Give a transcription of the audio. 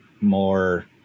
more